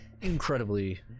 incredibly